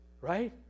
Right